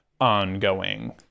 ongoing